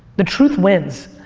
the truth wins.